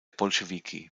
bolschewiki